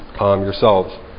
yourselves